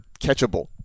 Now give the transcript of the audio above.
catchable